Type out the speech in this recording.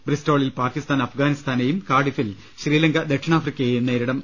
ബ്രിസ്റ്റോളിൽ പാകിസ്ഥാൻ അഫ്ഗാനിസ്ഥാനെയും Cardiff Sri Lanka ദക്ഷിണാഫ്രിക്കയെയും നേരിടും